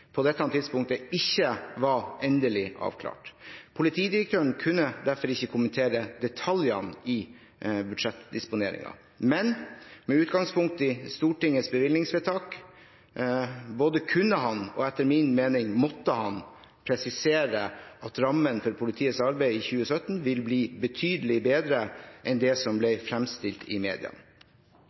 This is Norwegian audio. på dette tidspunktet ikke var endelig avklart. Politidirektøren kunne derfor ikke kommentere detaljene i budsjettdisponeringen. Men med utgangspunkt i Stortingets bevilgningsvedtak både kunne han og, etter min mening, måtte han presisere at rammene for politiets arbeid i 2017 vil bli betydelig bedre enn det som det ble framstilt som i media.